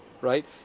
right